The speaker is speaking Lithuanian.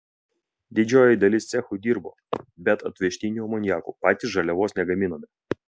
didžioji dalis cechų dirbo bet atvežtiniu amoniaku patys žaliavos negaminome